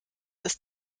ist